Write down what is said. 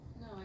No